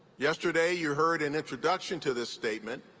yesterday, you heard an introduction to this statement,